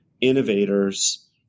innovators